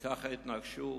וכך התנגשו,